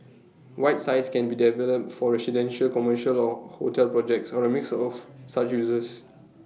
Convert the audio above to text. white sites can be developed for residential commercial or hotel projects or A mix of such uses